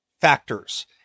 factors